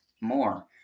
more